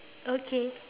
okay